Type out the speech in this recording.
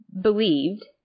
believed